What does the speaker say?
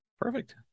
Perfect